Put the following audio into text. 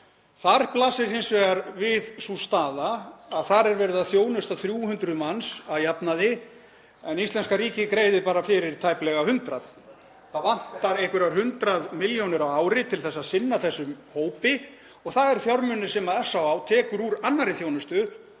Þar blasir hins vegar við sú staða að þar er verið að þjónusta 300 manns að jafnaði en íslenska ríkið greiðir bara fyrir tæplega 100. Það vantar einhverjar 100 milljónir á ári til að sinna þessum hópi og það eru fjármunir sem SÁÁ tekur úr annarri þjónustu